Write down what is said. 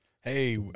Hey